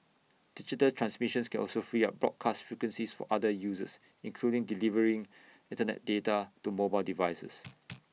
digital transmissions can also free up broadcast frequencies for other uses including delivering Internet data to mobile devices